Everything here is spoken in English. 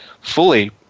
fully